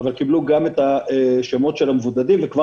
אבל קיבלו גם את השמות של המבודדים וכבר